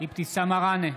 אבתיסאם מראענה,